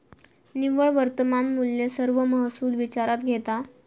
निव्वळ वर्तमान मुल्य सर्व महसुल विचारात घेता